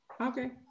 Okay